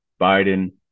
Biden